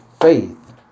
faith